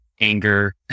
anger